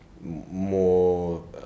more